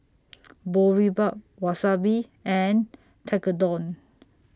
Boribap Wasabi and Tekkadon